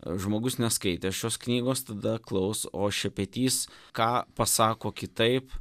žmogus neskaitęs šios knygos tada klaus o šepetys ką pasako kitaip